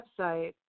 website